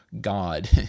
God